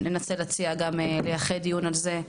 ננסה להציע גם לייחד דיון על זה,